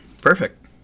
Perfect